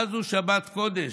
מה זו שבת קודש,